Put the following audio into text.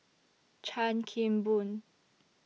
Chan Kim Boon